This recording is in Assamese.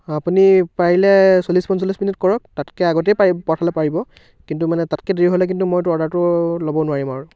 আপুনি পাৰিলে চল্লিছ পঁঞ্চলিছ মিনিট কৰক তাতকৈ আগতেই পাৰি পঠালে পাৰিব কিন্তু মানে তাতকৈ দেৰি হ'লে কিন্তু মই এইটো অৰ্ডাৰটো ল'ব নোৱাৰিম আৰু